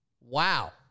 Wow